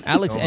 Alex